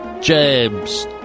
James